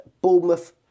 Bournemouth